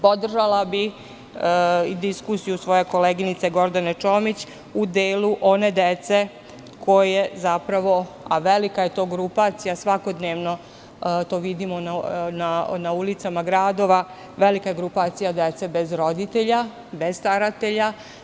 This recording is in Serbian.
Podržala bih diskusiju svoje koleginice Gordane Čomić u delu one dece koja, velika je to grupacija, svakodnevno to vidimo na ulicama gradova, dece bez roditelja, bez staratelja.